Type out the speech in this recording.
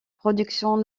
production